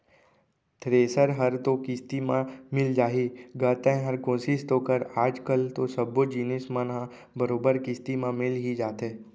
thresher हर तो किस्ती म मिल जाही गा तैंहर कोसिस तो कर आज कल तो सब्बो जिनिस मन ह बरोबर किस्ती म मिल ही जाथे